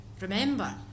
remember